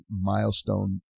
milestone